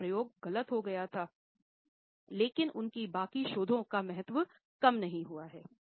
यह प्रयोग गलत हो गया था लेकिन उनके बाकी शोधों का महत्व कम नहीं है